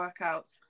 workouts